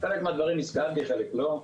לחלק לא.